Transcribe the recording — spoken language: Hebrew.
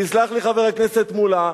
תסלח לי, חבר הכנסת מולה.